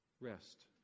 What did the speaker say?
rest